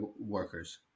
workers